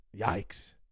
yikes